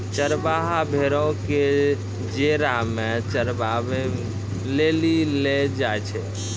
चरबाहा भेड़ो क जेरा मे चराबै लेली लै जाय छै